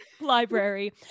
library